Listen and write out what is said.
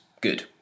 good